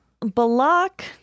Balak